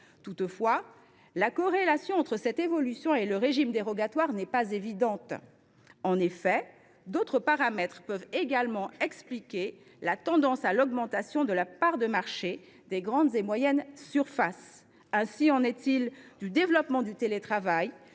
Toutefois, la corrélation entre cette évolution et le régime dérogatoire n’est pas évidente. En effet, d’autres paramètres peuvent aussi expliquer la tendance à l’augmentation de la part de marché des grandes et moyennes surfaces : ainsi en est il du développement du télétravail